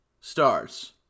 stars